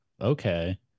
okay